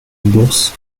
bourse